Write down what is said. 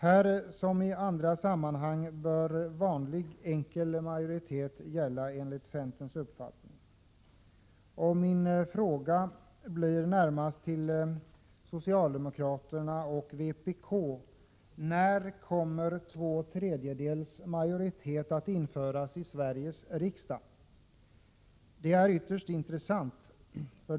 Här som i andra sammanhang bör enligt centerns uppfattning vanlig, enkel majoritet gälla. Min fråga blir närmast till socialdemokraterna och vpk: När kommer två tredjedelars majoritet att införas i Sveriges riksdag? Detta är ytterst intressant.